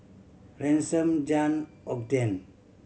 Ransom Jann Ogden